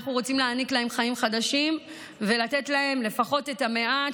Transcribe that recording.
אנחנו רוצים להעניק להן חיים חדשים ולתת להן לפחות את המעט,